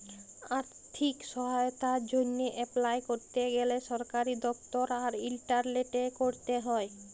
আথ্থিক সহায়তার জ্যনহে এপলাই ক্যরতে গ্যালে সরকারি দপ্তর আর ইলটারলেটে ক্যরতে হ্যয়